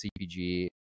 CPG